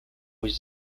was